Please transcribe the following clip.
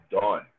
done